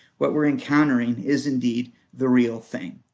what we're encountering, is indeed the real thing.